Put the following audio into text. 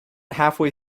halfway